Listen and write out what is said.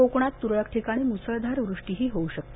कोकणात तुरळक ठिकाणी मुसळधार वृष्टी होऊ शकते